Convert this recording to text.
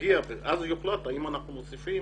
ואז יוחלט האם אנחנו מוסיפים